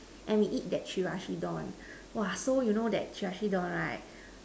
and we eat that Chirashi Don so you know that Chirashi Don right